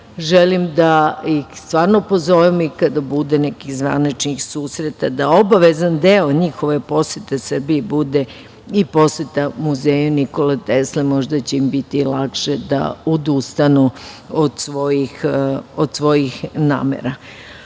želim da ih stvarno pozovem i kada bude nekih zvaničnih susreta da obavezan deo njihove posete Srbiji bude i poseta Muzeju Nikole Tesle, možda će im biti lakše da odustanu od svojih namera. Dakle,